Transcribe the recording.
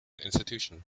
institution